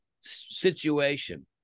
situation